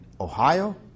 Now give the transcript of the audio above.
Ohio